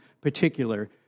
particular